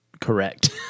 correct